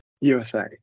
USA